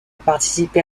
participé